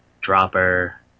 dropper